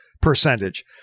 percentage